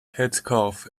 headscarf